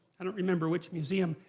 i don't remember which museum,